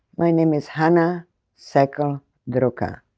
my name is hana seckel drucker.